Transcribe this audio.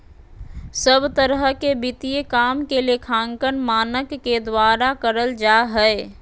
सब तरह के वित्तीय काम के लेखांकन मानक के द्वारा करल जा हय